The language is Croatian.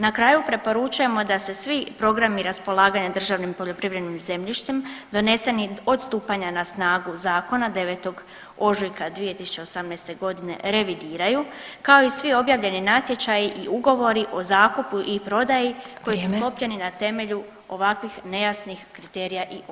Na kraju preporučujemo da se svi programi raspolaganja državnim poljoprivrednim zemljištem doneseni od stupanja na snagu zakona 9. ožujka 2018.g. revidiraju, kao i svi objavljeni natječaji i ugovori o zakupu i prodaji koji su sklopljeni na temelju ovakvih nejasnih kriterija i odredbi.